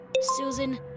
Susan